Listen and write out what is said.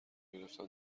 گرفتن